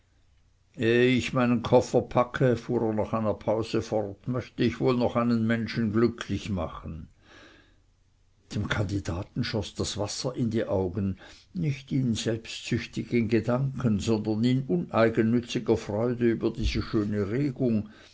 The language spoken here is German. ich meinen koffer packe fuhr er nach einer pause fort möchte ich wohl noch einen menschen glücklich machen dem kandidaten schoß das wasser in die augen nicht in selbstsüchtigen gedanken sondern in uneigennütziger freude über diese schöne regung